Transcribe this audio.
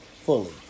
fully